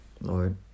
Lord